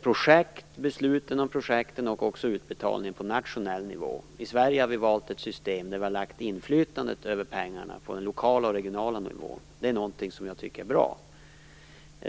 projekt, besluten om dem och utbetalningarna på nationell nivå. I Sverige har vi valt ett system där vi har lagt inflytandet över pengarna på den lokala och regionala nivån. Det tycker jag är bra.